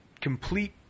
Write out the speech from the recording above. complete